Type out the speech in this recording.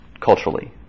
Culturally